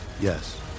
Yes